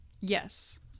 Yes